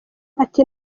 ati